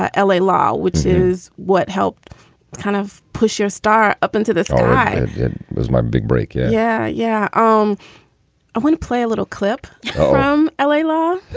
l a. law, which is what helped kind of push your star up into this. all right. it was my big break. yeah. yeah yeah um i want to play a little clip from l a. law.